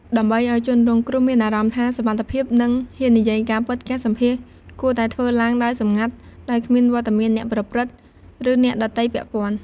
ដើម្បីឲ្យជនរងគ្រោះមានអារម្មណ៍ថាសុវត្ថិភាព និងហ៊ាននិយាយការពិត ការសម្ភាសន៍គួរតែធ្វើឡើងដោយសម្ងាត់ ដោយគ្មានវត្តមានអ្នកប្រព្រឹត្ត ឬអ្នកដទៃពាក់ព័ន្ធ។